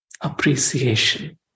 appreciation